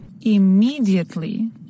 Immediately